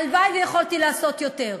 הלוואי שיכולתי לעשות יותר,